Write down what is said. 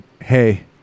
hey